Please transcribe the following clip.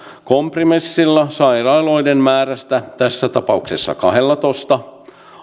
kompromissilla sairaaloiden määrästä tässä tapauksessa kahdellatoista